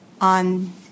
on